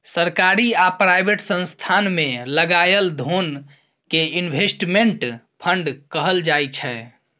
सरकारी आ प्राइवेट संस्थान मे लगाएल धोन कें इनवेस्टमेंट फंड कहल जाय छइ